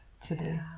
today